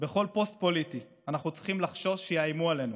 בכל פוסט פוליטי אנחנו צריכים לחשוש שיאיימו עלינו,